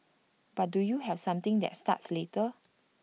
but do you have something that starts later